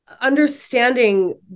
understanding